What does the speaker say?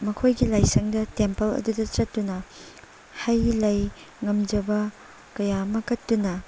ꯃꯈꯣꯏꯒꯤ ꯂꯥꯏꯁꯪꯗ ꯇꯦꯝꯄꯜ ꯑꯗꯨꯗ ꯆꯠꯇꯨꯅ ꯍꯩꯂꯩ ꯉꯝꯖꯕ ꯀꯌꯥ ꯑꯃ ꯀꯠꯇꯨꯅ